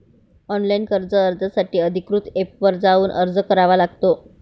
online कर्ज अर्जासाठी अधिकृत एपवर जाऊन अर्ज करावा लागतो